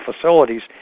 facilities